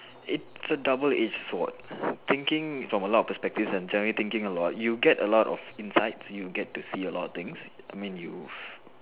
it's a double edge sword thinking from a lot of perspective and generally thinking a lot you get a lot of insights you get to see a lot of things I mean you